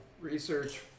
research